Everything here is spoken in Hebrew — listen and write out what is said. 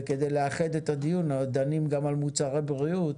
וכדי לאחד את הדיון דנים גם על מוצרי בריאות.